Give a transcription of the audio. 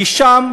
כי שם